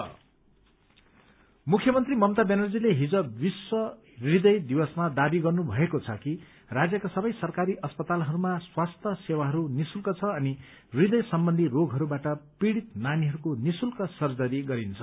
heart day मुख्यमन्त्री ममता ब्यानर्जीले हिज विश्व हृदय दिवसमा दावी गर्नुभएको छ कि राज्यका सवै सरकारी अस्पतालहरूमा स्वास्थ्य सेवाहरू निशुल्क छ अनि हृदय सम्बन्धी रोगहरूबाट पीड़ित नानीहरूको निशुल्क सर्जरी गरिन्छ